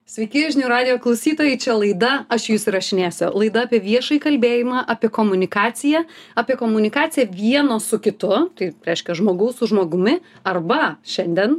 sveiki žinių radijo klausytojai čia laida aš jus įrašinėsiu laida apie viešą kalbėjimą apie komunikaciją apie komunikaciją vieno su kitu tai reiškia žmogaus su žmogumi arba šiandien